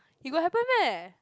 it got happen meh